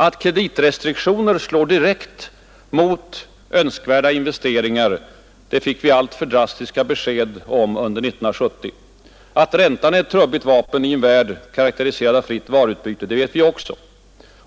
Att kreditrestriktioner slår direkt mot önskvärda investeringar, det fick vi alltför drastiska besked om under 1970. Att räntan är ett trubbigt vapen i en värld karakteriserad av ett fritt varuutbyte, det vet vi också.